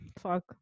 Fuck